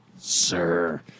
Sir